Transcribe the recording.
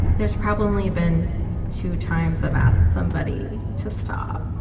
there's probably been two times i've asked somebody to stop,